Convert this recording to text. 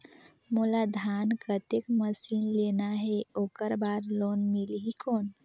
मोला धान कतेक मशीन लेना हे ओकर बार लोन मिलही कौन?